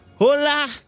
Hola